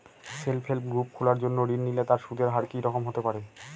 Self help group খোলার জন্য ঋণ নিলে তার সুদের হার কি রকম হতে পারে?